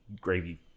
gravy